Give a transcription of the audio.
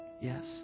Yes